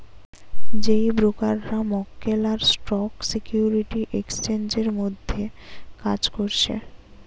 যেই ব্রোকাররা মক্কেল আর স্টক সিকিউরিটি এক্সচেঞ্জের মধ্যে কাজ করছে